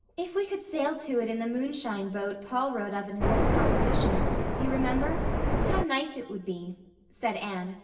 if we could sail to it in the moonshine boat paul wrote of in his old composition you remember how nice it would be, said anne,